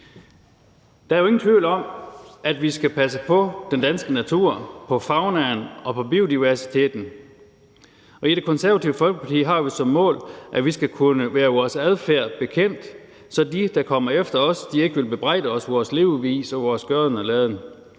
Der er jo ingen tvivl om, at vi skal passe på den danske natur, på faunaen og på biodiversiteten, og i Det Konservative Folkeparti har vi som mål, at vi skal kunne være vores adfærd bekendt, så de, der kommer efter os, ikke vil bebrejde os vores levevis og vores gøren og laden.